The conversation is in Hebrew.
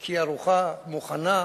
כי היא ערוכה, מוכנה,